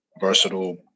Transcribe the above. versatile